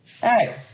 hey